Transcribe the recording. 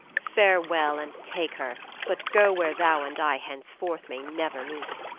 farewell, and take her, but go where thou and i henceforth may never meet.